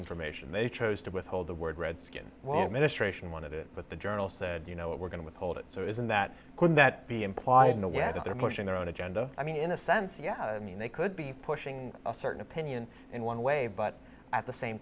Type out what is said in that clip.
information they chose to withhold the word redskin well ministration one of the with the journal said you know what we're going to withhold it so isn't that could that be implied in a way that they're pushing their own agenda i mean in a sense yeah i mean they could be pushing a certain opinion in one way but at the same